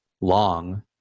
long